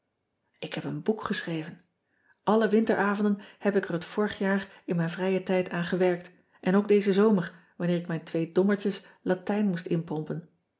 k heb een boek geschreven lle winteravonden heb ik er het vorig jaar in mijn vrijen tijd aan gewerkt en ook dezen zomer wanneer ik mijn twee dommertjes atijn moest inpompen